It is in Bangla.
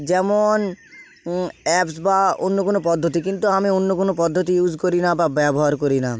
যেমন অ্যাপস বা অন্য কোনো পদ্ধতি কিন্তু আমি অন্য কোনো পদ্ধতি ইউস করি না বা ব্যবহার করি না